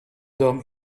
dom